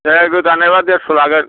दे गोदानायब्ला देरस'लागोन